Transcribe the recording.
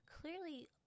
clearly